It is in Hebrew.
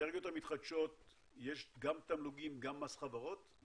באנרגיות המתחדשות יש גם תמלוגים וגם מס חברות?